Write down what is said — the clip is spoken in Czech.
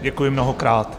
Děkuji mnohokrát.